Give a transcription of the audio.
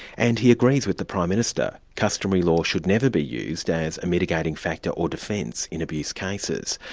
and he agrees with the prime minister customary law should never be used as a mitigating factor or defence in abuse cases.